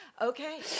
Okay